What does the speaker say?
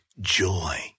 joy